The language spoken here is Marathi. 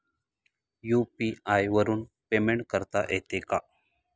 यु.पी.आय वरून पेमेंट करता येते का?